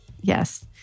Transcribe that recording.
Yes